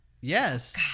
Yes